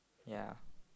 ya